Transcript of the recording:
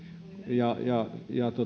ja ja